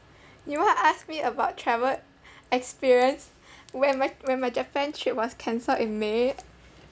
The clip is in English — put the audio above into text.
you want ask me about travel experience when m~ when my japan trip was cancelled in may